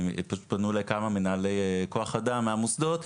פנו אליי כמה מנהלי כוח אדם מהמוסדות,